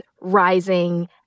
rising